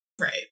Right